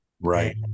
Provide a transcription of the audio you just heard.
Right